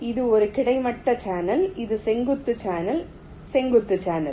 இது ஒரு கிடைமட்ட சேனல் இது செங்குத்து சேனல் செங்குத்து சேனல்